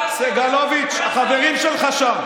סגלוביץ', החברים שלך שם.